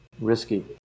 risky